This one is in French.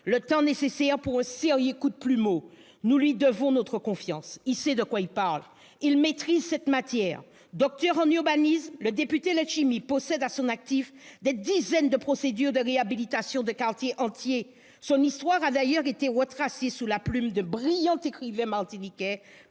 le temps nécessaire pour un sérieux coup de plumeau. Nous lui devons notre confiance. Il sait de quoi il parle, il maîtrise cette matière. Docteur en urbanisme, le député Letchimy possède à son actif des dizaines de procédures de réhabilitation de quartiers entiers. Son histoire a d'ailleurs été retracée sous la plume d'un brillant écrivain martiniquais,